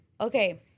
Okay